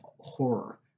horror